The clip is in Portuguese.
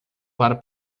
para